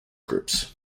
groups